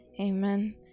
Amen